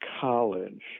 college